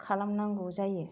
खालामनांगौ जायो